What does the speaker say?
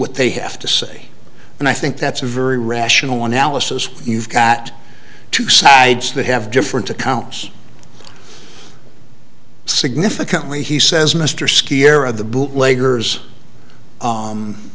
what they have to say and i think that's a very rational analysis you've got two sides that have different accounts significantly he says mr skier of the bootleg